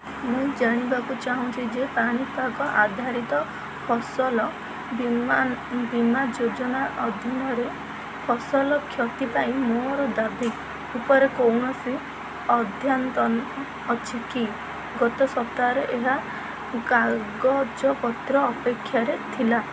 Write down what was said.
ମୁଁ ଜାଣିବାକୁ ଚାହୁଁଛି ଯେ ପାଣିପାଗ ଆଧାରିତ ଫସଲ ବୀମା ବୀମା ଯୋଜନା ଅଧୀନରେ ଫସଲ କ୍ଷତି ପାଇଁ ମୋର ଦାବି ଉପରେ କୌଣସି ଅଧ୍ୟାତନ ଅଛି କି ଗତ ସପ୍ତାହରେ ଏହା କାଗଜପତ୍ର ଅପେକ୍ଷାରେ ଥିଲା